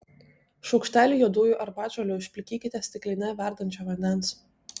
šaukštelį juodųjų arbatžolių užplikykite stikline verdančio vandens